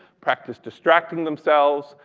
practice distracting themselves.